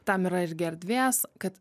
tam yra irgi erdvės kad